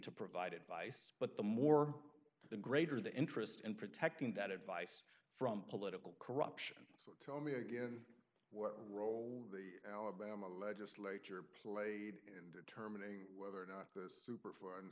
to provide advice but the more the greater the interest in protecting that advice from political corruption so tell me again what role the bama legislature played and terminating whether or not this